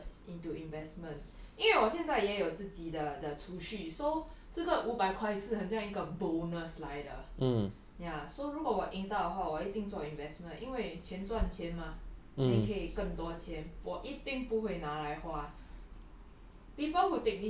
then put all the five hundred dollars into investment 因为我现在也自己的的储蓄 so 这个五百块是很像一个 bonus 来的 ya so 如果我赢到的话我一定做 investment 因为钱赚钱吗 then 可以更多钱我一定不会拿来花